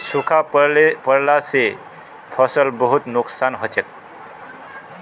सूखा पोरला से फसलक बहुत नुक्सान हछेक